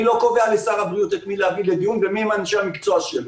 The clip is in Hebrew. אני לא קובע לשר הבריאות את מי להביא לדיון ומי הם אנשי המקצוע שלו.